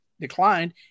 declined